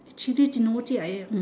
chili jin ho jiak hmm